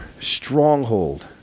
stronghold